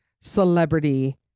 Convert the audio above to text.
celebrity